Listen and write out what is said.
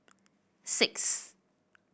six